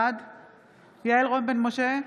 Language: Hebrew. בן משה,